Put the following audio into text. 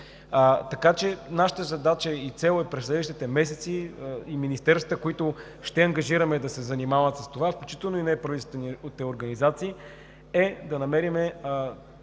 Така че нашата задача и цел през следващите месеци и министерствата, които ще ангажираме да се занимават с това, включително и на неправителствените организации, е по този